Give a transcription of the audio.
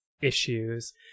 issues